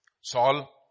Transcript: Saul